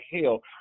hell